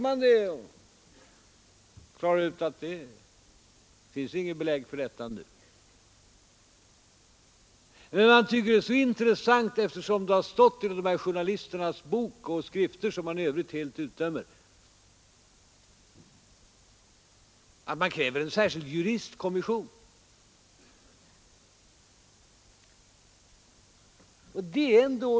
Man tycker tydligen att uppgiften är så intressant därför att den står i dessa journalisters böcker och skrifter, som man i övrigt utdömer så fullständigt att man kräver en särskild juristkommission för att granska just detta ärende.